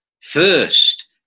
First